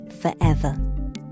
forever